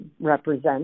represent